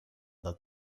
dal